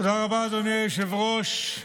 תודה רבה, אדוני היושב-ראש.